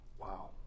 wow